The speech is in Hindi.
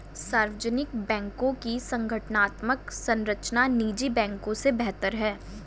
सार्वजनिक बैंकों की संगठनात्मक संरचना निजी बैंकों से बेहतर है